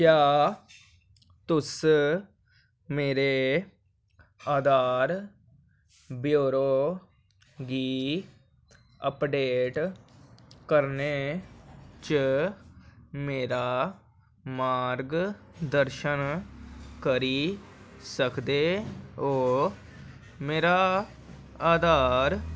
क्या तुस मेरे आधार ब्यौरो गी अपडेट करने च मेरा मार्गदर्शन करी सकदे ओ मेरा आधार